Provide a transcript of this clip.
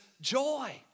joy